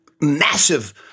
massive